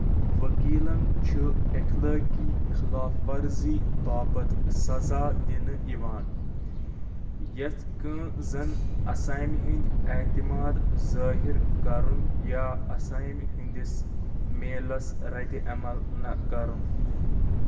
وكیلن چھُ اِخلٲقی خلاف ورزی باپتھ سزا دِنہٕ یوان، یتھ كٕنۍ زن اسامہِ ہٖند عتماد ظٲہِر كرُن یا اسامہِ ہندِس میلس ردِعمل نہٕ كرُن